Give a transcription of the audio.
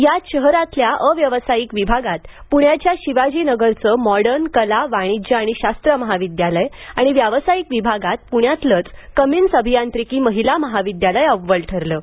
यात शहरातल्या अव्यावसायिक विभागात पृण्याच्या शिवाजीनगरचं मॉडर्न कला वाणिज्य आणि शास्त्र महाविद्यालय आणि व्यावसायिक विभागात पुण्यातलंच कमिन्स अभियांत्रिकी महिला महविद्यालय अव्वल ठरलं आहे